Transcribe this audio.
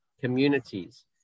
communities